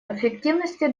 эффективности